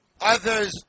Others